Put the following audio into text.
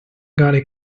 gully